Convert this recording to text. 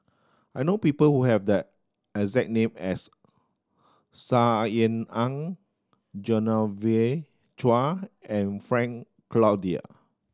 I know people who have the exact name as Saw Ean Ang Genevieve Chua and Frank Cloutier